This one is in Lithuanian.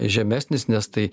žemesnis nes tai